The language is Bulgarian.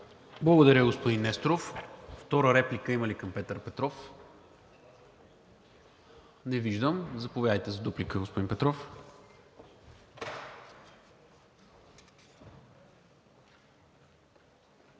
Благодаря, господин Несторов. Втора реплика има ли към Петър Петров? Не виждам. Заповядайте за дуплика, господин Петров.